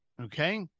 okay